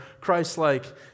Christ-like